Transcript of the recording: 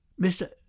Mr